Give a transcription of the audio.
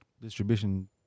distribution